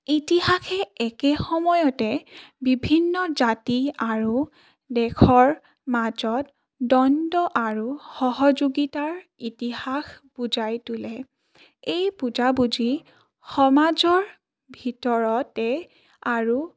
ইতিহাসে একে সময়তে বিভিন্ন জাতি আৰু দেশৰ মাজত দ্বন্দ্ব আৰু সহযোগিতাৰ ইতিহাস বুজাই তোলে এই বুজাবুজি সমাজৰ ভিতৰতে আৰু